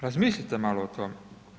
Razmislite malo o tome.